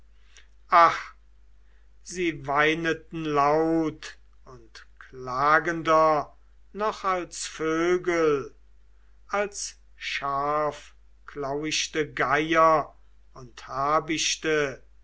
sie weineten laut und klagender noch als vögel als scharfklauichte geier und habichte